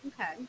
Okay